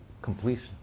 Completion